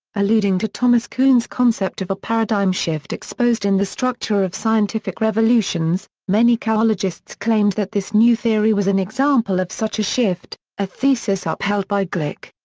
alluding to thomas kuhn's concept of a paradigm shift exposed in the structure of scientific revolutions, many chaologists claimed that this new theory was an example of such a shift, a thesis upheld by gleick.